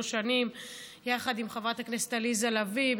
שנים יחד עם חברת הכנסת עליזה לביא,